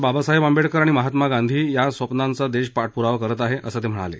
बाबसाहेब आंबेडकर आणि महात्मा गांधी या स्वप्नांचा देश पाठपुरावा करत आहे असं ते म्हणाले